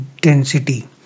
density